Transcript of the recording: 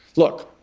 look,